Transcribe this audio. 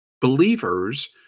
Believers